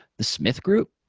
the smith group?